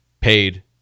Paid